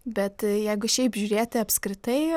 bet jeigu šiaip žiūrėti apskritai